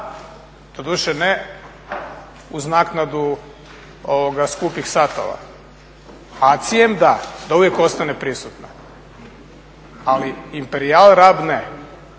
doduše ne uz naknadu skupih satova. ACI-em da, da uvijek ostane prisutna, ali Imperijal Rab ne.